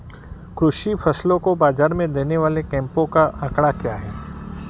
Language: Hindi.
कृषि फसलों को बाज़ार में देने वाले कैंपों का आंकड़ा क्या है?